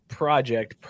project